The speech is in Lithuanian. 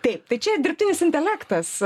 taip tai čia dirbtinis intelektas